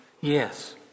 Yes